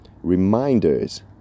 Reminders